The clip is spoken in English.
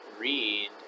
read